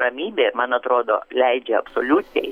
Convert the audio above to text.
ramybė man atrodo leidžia absoliučiai